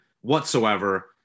whatsoever